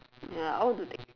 ya I want to take